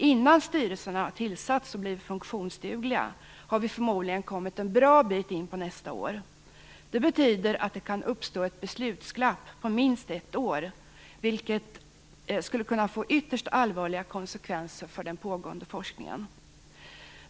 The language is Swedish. Innan styrelserna har tillsatts och blivit funktionsdugliga har vi förmodligen kommit en bra bit in på nästa år. Det betyder att det kan uppstå ett beslutsglapp om minst ett år, vilket skulle kunna få ytterst allvarliga konsekvenser för den pågående forskningen.